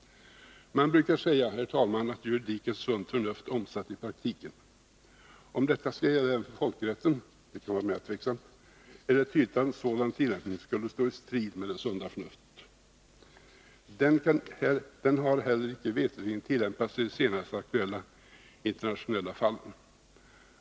Man brukar säga att juridik är sunt förnuft omsatt i praktiken. Om detta skulle gälla även för folkrätten är det tydligt att en sådan tillämpning skulle stå i strid med det sunda förnuftet. Den har heller veterligen icke tillämpats i de senaste aktuella internationella fallen.